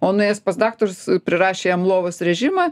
o nuėjęs pas daktarus prirašė jam lovos režimą